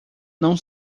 não